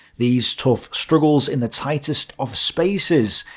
these tough struggles in the tightest of spaces,